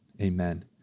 Amen